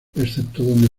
donde